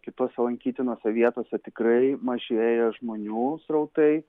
kitose lankytinose vietose tikrai mažėja žmonių srautai